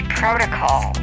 protocol